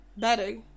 better